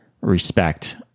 respect